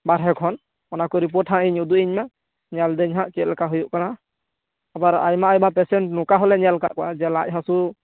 ᱵᱟᱨᱦᱮ ᱠᱷᱚᱱ ᱚᱱᱟᱠᱚ ᱨᱤᱯᱳᱨᱴ ᱦᱟᱸᱜ ᱤᱧ ᱩᱫᱩᱜ ᱤᱧ ᱢᱮ ᱧᱮᱫᱤᱧ ᱦᱟᱸᱜ ᱪᱮᱛᱞᱮᱠᱟ ᱦᱩᱭᱩᱜ ᱠᱟᱱᱟ ᱟᱵᱟᱨ ᱟᱭᱢᱟ ᱟᱭᱢᱟ ᱯᱮᱥᱮᱱᱴ ᱱᱚᱠᱟ ᱦᱚᱞᱮ ᱧᱮᱞᱠᱟᱜ ᱠᱚᱭᱟ ᱡᱮ ᱞᱟᱡ ᱦᱟᱹᱥᱩ